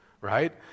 right